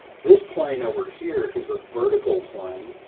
this plane over here is a vertical plane.